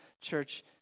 Church